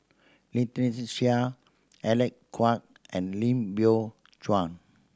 Lynnette Seah Alec Kuok and Lim Biow Chuan